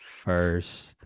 First